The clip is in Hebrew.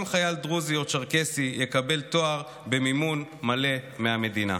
חייל דרוזי או צ'רקסי יקבל תואר במימון מלא מהמדינה.